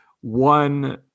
one